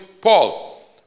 Paul